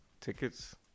tickets